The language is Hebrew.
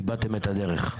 איבדתם את הדרך...